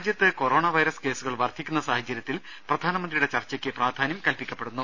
രാജ്യത്ത് corona virus കേസുകൾ വർധിക്കുന്ന സാഹചര്യത്തിൽ പ്രധാനമന്ത്രിയുടെ ചർച്ചയ്ക്ക് പ്രാധാന്യം കൽപ്പിക്കപ്പെടുന്നു